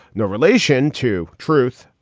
no relation to truth,